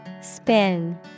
Spin